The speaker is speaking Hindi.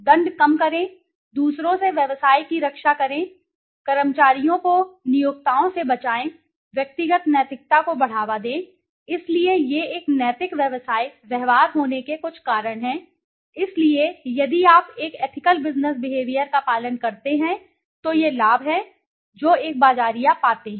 दंड कम करें दूसरों से व्यवसाय की रक्षा करें कर्मचारियों को नियोक्ताओं से बचाएं व्यक्तिगत नैतिकता को बढ़ावा दें इसलिए ये एक नैतिक व्यवसाय व्यवहार होने के कुछ कारण हैं इसलिए यदि आप एक एथिकल बिज़नेस बेहेवियर का पालन करते हैं तो ये लाभ हैं जो एक बाज़ारिया पाते हैं